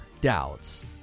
doubts